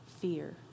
fear